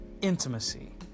Intimacy